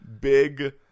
big